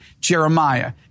Jeremiah